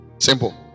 Simple